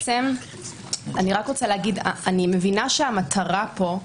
אני מבינה שהמטרה פה,